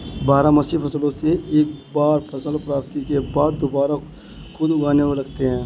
बारहमासी फसलों से एक बार फसल प्राप्ति के बाद दुबारा खुद उगने लगते हैं